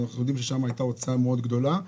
אנחנו יודעים ששם הייתה הוצאה מאוד גדולה.